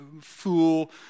fool